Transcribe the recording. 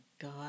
God